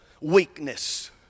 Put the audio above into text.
weakness